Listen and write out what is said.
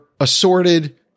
assorted